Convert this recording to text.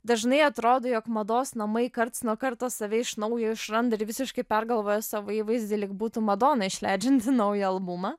dažnai atrodo jog mados namai karts nuo karto save iš naujo išranda ir visiškai pergalvoja savo įvaizdį lyg būtų madona išleidžianti naują albumą